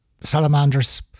salamanders